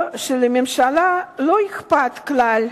או שלממשלה לא אכפת כלל